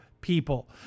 people